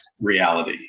reality